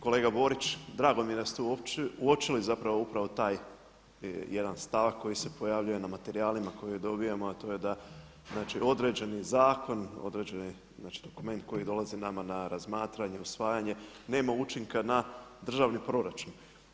Kolega Borić, drago mi je da ste uočili zapravo upravo taj jedan stavak koji se pojavljuje na materijalima koje dobijemo a to je da znači određeni zakon, određeni, znači dokument koji dolazi nama na razmatranje, usvajanje, nema učinka na državni proračun.